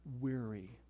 weary